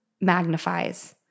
magnifies